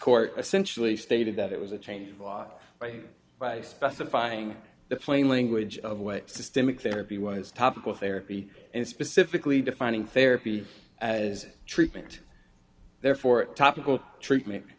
court essentially stated that it was a change of law by by specifying the plain language of what systemic therapy was topical therapy and specifically defining therapy as treatment therefore topical treatment